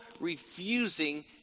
refusing